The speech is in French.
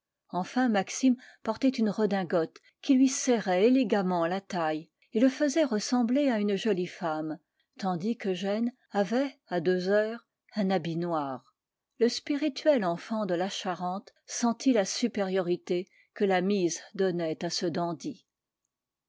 enfin maxime portait une redingote qui lui serrait élégamment la taille et le faisait ressembler à une jolie femme tandis qu'eugène avait à deux heures un habit noir le spirituel enfant de la charente sentit la supériorité que la mise donnait à ce